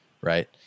right